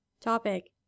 Topic